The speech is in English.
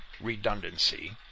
redundancy